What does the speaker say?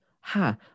Ha